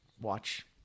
watch